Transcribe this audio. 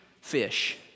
fish